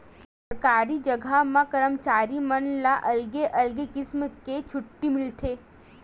सरकारी जघा म करमचारी मन ला अलगे अलगे किसम के छुट्टी मिलथे